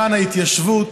למען ההתיישבות,